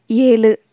ஏழு